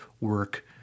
work